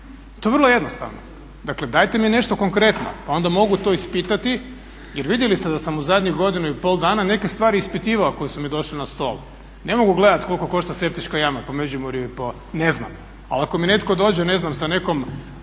To je vrlo jednostavno. Dakle, dajte mi nešto konkretno pa onda mogu to ispitati. Jer vidjeli da sam u zadnjih godinu i pol dana neke stvari ispitivao koje su mi došle na stol. Ne mogu gledati koliko košta septička jama po Međimurju i po ne znam, ali ako mi netko dođe ne znam sa nekom